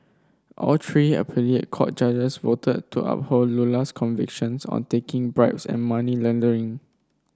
all three appellate court judges voted to uphold Lula's convictions on taking bribes and money laundering